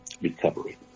recovery